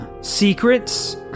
Secrets